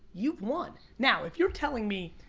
you've won! now, if you're telling me,